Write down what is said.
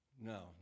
No